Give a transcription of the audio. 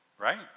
right